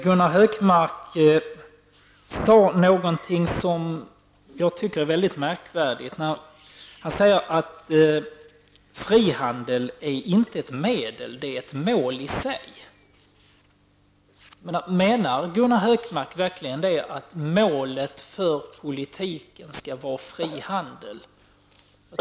Gunnar Hökmark sade någonting som jag tycker är mycket märkligt, att frihandeln inte är ett medel utan ett mål i sig. Menar Gunnar Hökmark verkligen att målet för politiken skall vara fri handel?